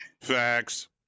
Facts